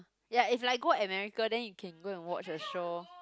ya it's like go America then you can go and watch a show